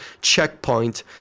checkpoint